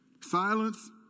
Silence